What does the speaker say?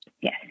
Yes